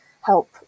help